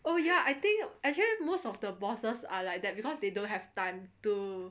oh ya I think most of the bosses are like that because they don't have the time to